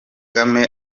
kagome